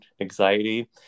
anxiety